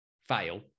fail